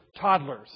toddlers